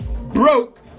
Broke